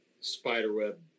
spiderweb